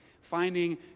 finding